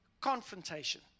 confrontation